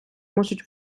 можуть